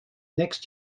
next